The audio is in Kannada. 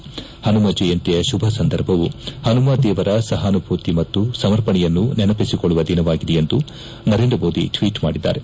ಪನುಮ ಜಯಂತಿಯ ಶುಭ ಸಂದರ್ಭವು ಹನಮ ದೇವರ ಸಹಾನುಭೂತಿ ಮತ್ತು ಸಮರ್ಪಣೆಯನ್ನು ನೆನಪಿಸಿಕೊಳ್ಳುವ ದಿನವಾಗಿದೆ ಎಂದು ನರೇಂದ್ರಮೋದಿ ಟ್ಲೀಟ್ ಮಾಡಿದ್ದಾರೆ